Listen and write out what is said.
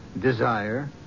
desire